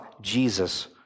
Jesus